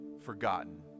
forgotten